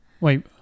Wait